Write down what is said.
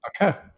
Okay